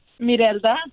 Mirelda